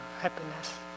happiness